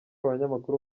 abanyamakuru